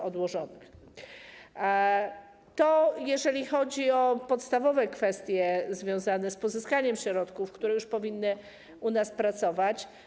To tyle, jeżeli chodzi o podstawowe kwestie związane z pozyskaniem środków, które już powinny u nas pracować.